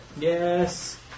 Yes